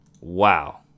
Wow